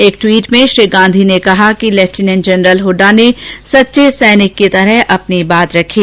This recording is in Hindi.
एक ट्विट कर श्री गांधी ने कहा कि लेफ्टिनेंट जनरल हुड्डा ने सच्चे सैनिक की तरह अपनी बात रखी